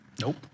Nope